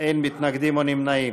אין מתנגדים או נמנעים.